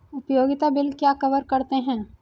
उपयोगिता बिल क्या कवर करते हैं?